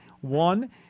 One